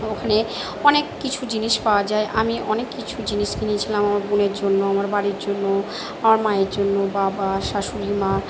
ওখানে অনেক কিছু জিনিস পাওয়া যায় আমি অনেক কিছু জিনিস কিনেছিলাম আমার বোনের জন্য আমার বাড়ির জন্য আমার মায়ের জন্য বাবা শাশুড়ি মা